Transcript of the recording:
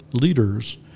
leaders